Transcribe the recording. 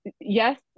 Yes